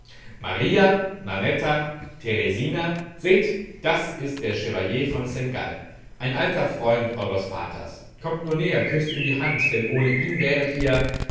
maria nanetta teresina seht das ist der chevalier von seingalt ein alter freund eures vaters kommt nur näher küßt ihm die hand denn ohne ihn wäret ihr